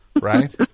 Right